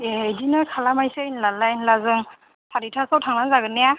ए बिदिनो खालामनायसै होनब्लालाय होनब्ला जों सारिथासोयाव थांबानो जागोन ने